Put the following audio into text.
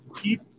keep